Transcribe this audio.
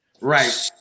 Right